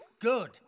Good